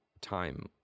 time